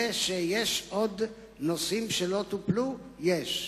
זה שיש עוד נושאים שלא טופלו, יש.